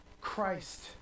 Christ